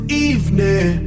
evening